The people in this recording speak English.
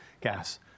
gas